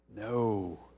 no